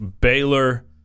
Baylor